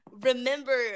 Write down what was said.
remember